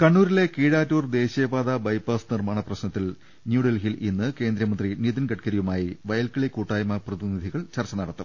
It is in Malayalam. കണ്ണൂരിലെ കീഴാറ്റൂർ ദേശീയ പാത ബൈപാസ് നിർമ്മാണ പ്രശ്ന ത്തിൽ ന്യൂഡൽഹിയിൽ ഇന്ന് കേന്ദ്രമന്ത്രി നിധിൻ ഗഡ്ഗരിയുമായി വയൽക്കിളി കൂട്ടായ്മ പ്രതിനിധികൾ ചർച്ച നടത്തും